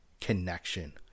connection